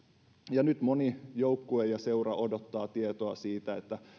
nyt moni joukkue ja seura odottaa tietoa siitä